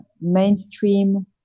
mainstream